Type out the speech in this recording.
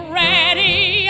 ready